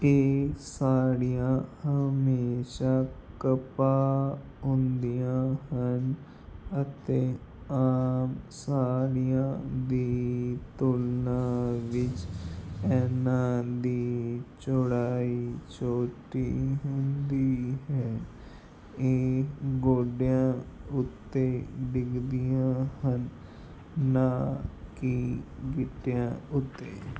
ਇਹ ਸਾੜੀਆਂ ਹਮੇਸ਼ਾ ਕਪਾਹ ਹੁੰਦੀਆਂ ਹਨ ਅਤੇ ਆਮ ਸਾੜੀਆਂ ਦੀ ਤੁਲਨਾ ਵਿੱਚ ਇਨ੍ਹਾਂ ਦੀ ਚੌੜਾਈ ਛੋਟੀ ਹੁੰਦੀ ਹੈ ਇਹ ਗੋਡਿਆਂ ਉੱਤੇ ਡਿੱਗਦੀਆਂ ਹਨ ਨਾ ਕਿ ਗਿੱਟਿਆਂ ਉੱਤੇ